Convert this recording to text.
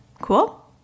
Cool